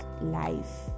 life